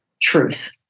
truth